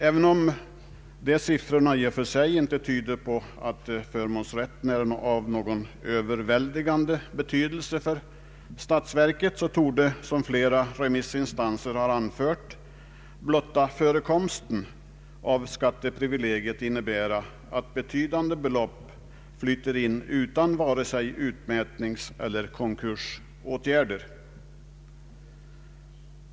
Även om dessa siffror inte tyder på att förmånsrätten är av någon överväldigande betydelse för statsverket, torde som flera remissinstanser anfört blotta förekomsten av skatteprivilegiet innebära att betydande belopp flyter in utan vare sig utmätningseller konkursåtgärder.